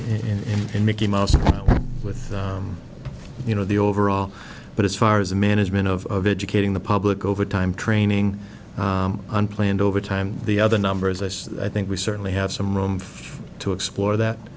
in mickey mouse with you know the overall but as far as the management of educating the public over time training unplanned overtime the other numbers as i think we certainly have some room to explore that